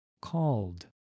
called